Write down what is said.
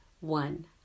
One